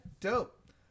dope